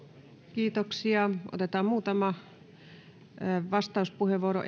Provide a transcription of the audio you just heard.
otetaan muutama vastauspuheenvuoro